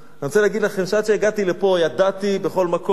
אני רוצה להגיד לכם שעד שהגעתי לפה ידעתי בכל מקום,